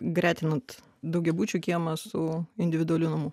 gretinant daugiabučių kiemą su individualiu namu